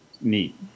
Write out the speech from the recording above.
neat